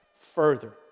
further